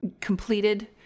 completed